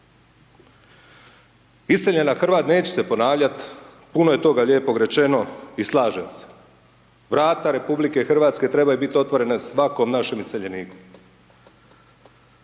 razumije./… neće se ponavljati, puno je toga lijepog rečeno i slažem se, vrata RH, trebaju biti otvorena svakom našem iseljeniku.